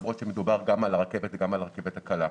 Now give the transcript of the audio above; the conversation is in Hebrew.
למרות שמדובר גם על הרכבת וגם על הרכבת הקלה.